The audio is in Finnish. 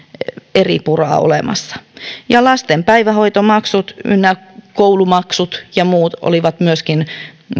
eripuraa olemassa ja lasten päivähoitomaksut ynnä koulumaksut ja muut olivat myöskin